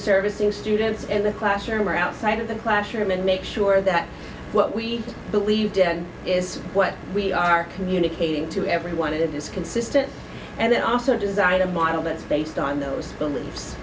servicing students in the classroom or outside of the classroom and make sure that what we believed in is what we are communicating to everyone it is consistent and it also designed a model that's based on those beliefs